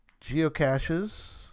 geocaches